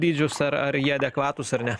dydžius ar ar jie adekvatūs ar ne